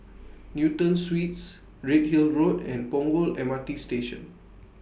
Newton Suites Redhill Road and Punggol M R T Station